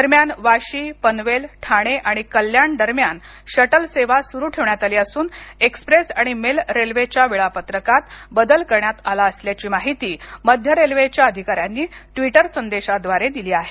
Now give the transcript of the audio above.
दरम्यान वाशी पनवेल ठाणे आणि कल्याण दरम्यान शटल सेवा सुरु ठेवण्यात आली असून एक्स्प्रेस आणि मेल रेल्वेच्या वेळापत्रकात बदल करण्यात आला असल्याची माहिती मध्य रेल्वेच्या अधिकार्यांनी ट्वीटर संदेशाद्वारे दिली आहे